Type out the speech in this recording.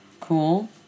cool